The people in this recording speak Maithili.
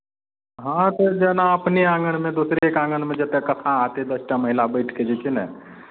हँ तऽ जेना अपने आङ्गनमे दोसरेके आङ्गनमे जतय कथा हेतै दस टा महिला बैठि कऽ जे छै ने